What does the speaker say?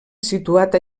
situat